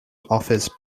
offers